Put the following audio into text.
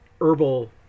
herbal